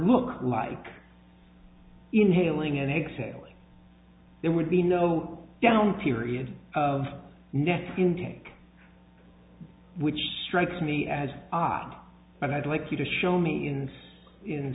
look like inhaling and exhaling there would be no down period of net intake which strikes me as odd but i'd like you to show me in in